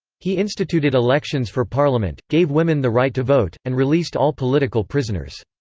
he instituted elections for parliament, gave women the right to vote, and released all political prisoners.